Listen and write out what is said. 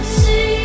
see